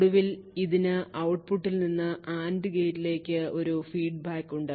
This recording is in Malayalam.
ഒടുവിൽ ഇതിന് ഔട്ട്പുട്ടിൽ നിന്ന് AND ഗേറ്റിലേക്ക് ഒരു ഫീഡ്ബാക്ക് ഉണ്ട്